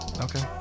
Okay